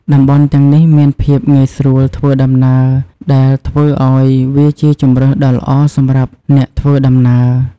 តំបន់ទាំងនេះមានភាពងាយស្រួលធ្វើដំណើរដែលធ្វើឱ្យវាជាជម្រើសដ៏ល្អសម្រាប់អ្នកធ្វើដំណើរ។